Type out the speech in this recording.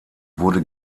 wurde